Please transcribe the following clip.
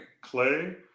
Clay